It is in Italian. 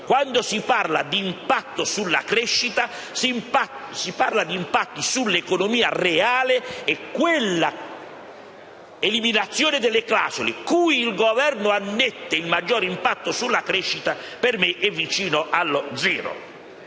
quando si parla di impatto sulla crescita, si parla di impatti sull'economia reale, e quella eliminazione delle clausole, cui il Governo annette il maggior impatto sulla crescita, per me è vicino allo zero.